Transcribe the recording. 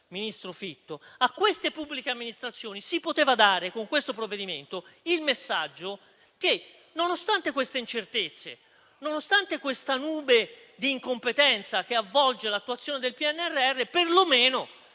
ministro Fitto. A queste pubbliche amministrazioni si poteva dare con questo provvedimento il messaggio che, nonostante queste incertezze, nonostante questa nube di incompetenza che avvolge l'attuazione del PNRR, perlomeno